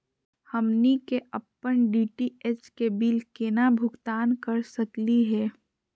हमनी के अपन डी.टी.एच के बिल केना भुगतान कर सकली हे?